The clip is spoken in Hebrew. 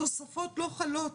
התוספות לא חלות